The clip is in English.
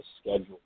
schedule